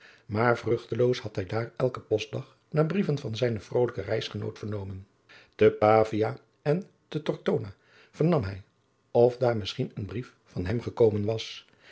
maar vruchteloos had hij daar elken postdag naar brieven van zijnen vrolijken reisgenoot vernomen te pavia en te tortona vernam hij of daar misschien een brief van hem gekomen was